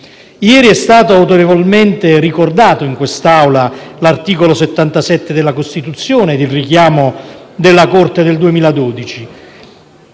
Ieri è stato autorevolmente ricordato, in quest'Aula, l'articolo 77 della Costituzione ed il richiamo della Corte del 2012: